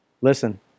Listen